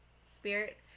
spirit